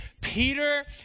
Peter